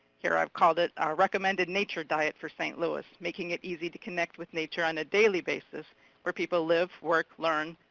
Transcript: here i've called it our recommended nature diet for st. louis, making it easy to connect with nature on a daily basis where people live, work, learn,